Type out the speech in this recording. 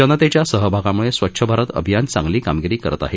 जनतेच्या सहभागामुळे स्वच्छ भारत अभियान चांगली कामगिरी करत आहे